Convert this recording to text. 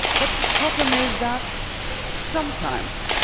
but the problem is that sometimes,